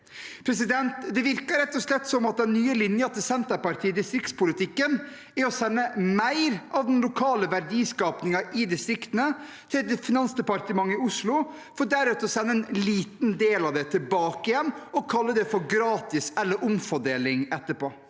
investeringer. Det virker rett og slett som at den nye linjen til Senterpartiet i distriktspolitikken er å sende mer av den lokale verdiskapingen i distriktene til Finansdepartementet i Oslo, for deretter å sende en liten del av det tilbake igjen og kalle det for gratis eller omfordeling etterpå.